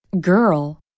Girl